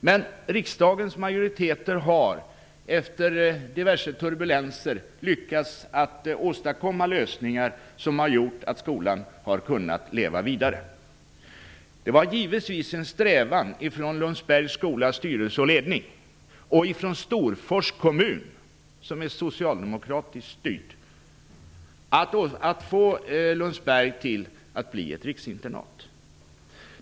Men riksdagens majoriteter har efter diverse turbulenser lyckats åstadkomma lösningar som gjort att skolan har kunnat leva vidare. Det var givetvis en strävan hos Lundsbergs skolas styrelse och ledning och hos Storfors kommun, som är socialdemokratiskt styrd, att Lundsberg skulle bli ett riksinternat.